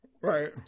Right